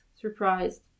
surprised